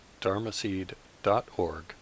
dharmaseed.org